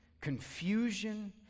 confusion